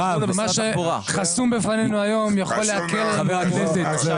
מה שחסום בפנינו היום ויכול להקל עלינו.